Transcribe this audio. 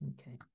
Okay